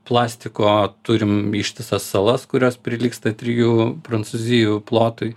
plastiko turim ištisas salas kurios prilygsta trijų prancūzijų plotui